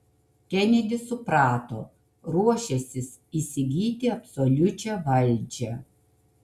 kenedis suprato ruošiąsis įgyti absoliučią valdžią